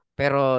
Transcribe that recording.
pero